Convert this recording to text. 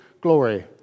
glory